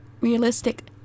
realistic